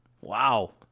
Wow